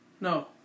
No